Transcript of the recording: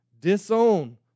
disown